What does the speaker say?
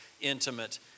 intimate